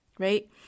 right